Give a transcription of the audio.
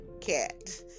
cat